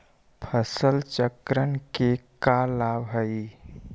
फसल चक्रण के का लाभ हई?